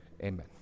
Amen